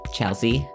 Chelsea